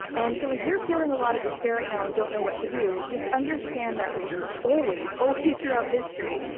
and so if you're feeling a lot of despair now and don't know what to do, just understand that always always throughout history,